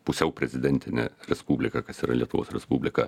pusiau prezidentinė respublika kas yra lietuvos respublika